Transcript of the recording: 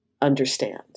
understand